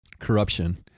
corruption